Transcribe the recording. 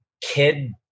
kid